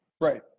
Right